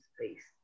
space